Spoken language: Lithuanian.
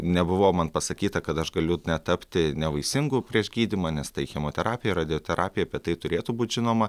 nebuvo man pasakyta kad aš galiu net tapti nevaisingu prieš gydymą nes tai chemoterapija radioterapija apie tai turėtų būt žinoma